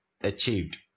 achieved